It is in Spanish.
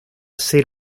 ser